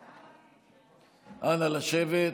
אנא, לשבת.